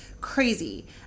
crazy